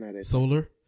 solar